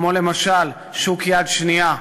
כמו למשל שוק יד שנייה.